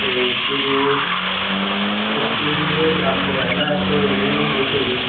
तो उसके लिए उसके लिए आपको रहना है तो रूम ऊम भी चाहिए